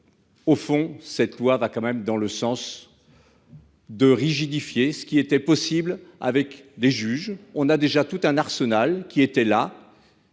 Au fond, cette loi va quand même dans le sens. 2 rigidifier ce qui était possible avec des juges. On a déjà tout un arsenal qui était là.